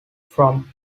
from